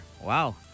Wow